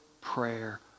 prayer